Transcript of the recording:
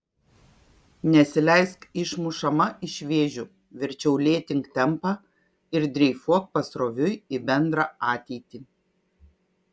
nesileisk išmušama iš vėžių verčiau lėtink tempą ir dreifuok pasroviui į bendrą ateitį